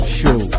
show